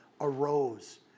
arose